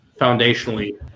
foundationally